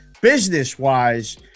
Business-wise